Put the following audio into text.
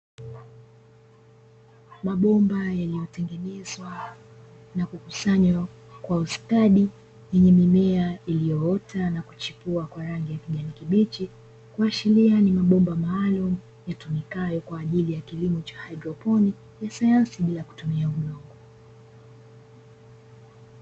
Mabomba yaliyotengenezwa na kukusanywa kwa ustadi, yenye mimea iliyoota na kuchipua kwa rangi ya kijani kibichi, kuashiria ni mabomba maalum yatumikayo kwa ajili ya kilimo cha haidroponi ya sayansi bila kutumia.